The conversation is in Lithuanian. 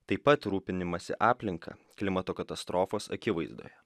taip pat rūpinimąsi aplinka klimato katastrofos akivaizdoje